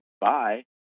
bye